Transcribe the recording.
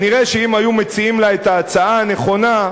נראה שאם היו מציעים לה את ההצעה הנכונה,